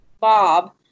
Bob